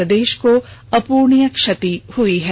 प्रदेश को अपूरणीय क्षति हई है